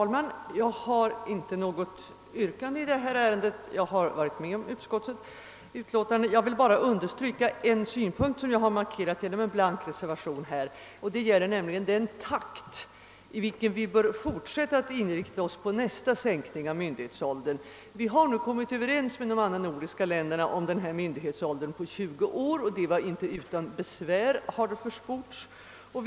Herr talman! Jag har i detta ärende inte något annat yrkande än om bifall till utskottets hemställan. Jag har bara genom en blank reservation velat understryka min synpunkt beträffande den takt i vilken vi bör fortsätta när det gäller en ytterligare sänkning av myndighetsåldern. Vi har nu i de nordiska länderna kommit överens om en myndighetsålder på 20 år — inte utan besvär, har det försports.